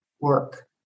work